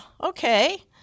okay